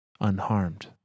unharmed